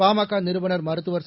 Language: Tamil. பாமக நிறுவனர் மருத்துவர் ச